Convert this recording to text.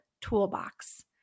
toolbox